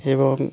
এবং